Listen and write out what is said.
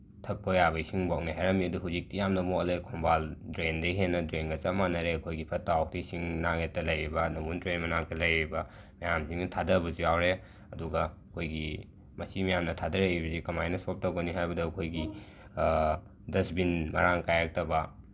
ꯊꯛꯄ ꯌꯥꯕ ꯏꯁꯤꯡꯕꯥꯎꯅꯤ ꯍꯥꯏꯔꯝꯃꯤ ꯑꯗꯨꯕꯨ ꯍꯧꯖꯤꯛꯇꯤ ꯌꯥꯝꯅ ꯃꯣꯠꯂꯦ ꯈꯣꯡꯕꯥꯜ ꯗ꯭ꯔꯦꯟꯗꯘꯏ ꯍꯦꯟꯅ ꯗ꯭ꯔꯦꯟꯒ ꯆꯞ ꯃꯥꯟꯅꯔꯦ ꯑꯩꯈꯣꯏꯒꯤ ꯐꯠꯇ ꯍꯥꯎꯗꯤꯁꯤꯡ ꯅꯥꯛ ꯌꯦꯠꯇ ꯂꯩꯔꯤꯕ ꯅꯝꯕꯨꯜ ꯇꯨꯔꯦꯟ ꯃꯅꯥꯛꯇ ꯂꯩꯔꯤꯕ ꯃꯌꯥꯝꯁꯤꯅ ꯊꯥꯗꯕꯁꯨ ꯌꯥꯎꯔꯦ ꯑꯗꯨꯒ ꯑꯩꯈꯣꯏꯒꯤ ꯃꯁꯤ ꯃꯌꯥꯝꯅ ꯊꯥꯗꯔꯛꯏꯕꯁꯤ ꯀꯃꯥꯏꯅ ꯁꯣꯜꯞ ꯇꯧꯒꯅꯤ ꯍꯥꯏꯕꯗ ꯑꯩꯈꯣꯏꯒꯤ ꯗꯁꯕꯤꯟ ꯃꯔꯥꯡ ꯀꯥꯏꯔꯛꯇꯕ